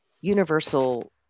universal